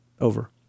Over